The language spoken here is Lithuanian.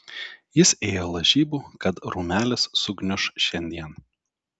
jis ėjo lažybų kad rūmelis sugniuš šiandien